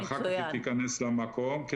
ואחר-כך היא תיכנס למקום,